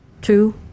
two